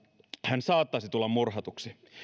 hän saattaisi tulla murhatuksi